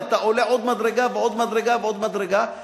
ואתה עולה עוד מדרגה ועוד מדרגה ועוד מדרגה,